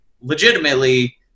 legitimately